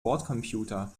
bordcomputer